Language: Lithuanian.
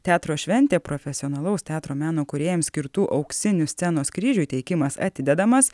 teatro šventė profesionalaus teatro meno kūrėjams skirtų auksinių scenos kryžių įteikimas atidedamas